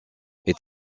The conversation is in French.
est